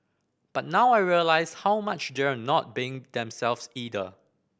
but now I realise how much they're not being themselves either